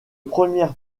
première